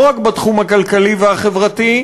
לא רק בתחום הכלכלי והחברתי,